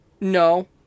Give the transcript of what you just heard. No